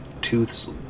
Tooth's